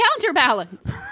counterbalance